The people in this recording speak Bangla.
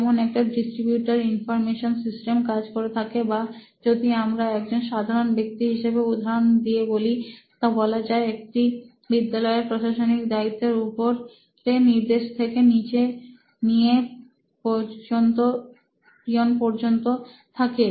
যেমন একটা ডিস্ট্রিবিউটার ইনফরমেশন সিস্টেম কাজ করে থাকে বা যদি আমরা একজন সাধারণ ব্যক্তি হিসেবে উদাহরণ দিয়ে বলি তো বলা যায় একটি বিদ্যালয়ের প্রশাসনিক দায়িত্ব উপরে নির্দেশক থেকে নিয়ে নিচে পিয়ন পর্যন্ত থাকে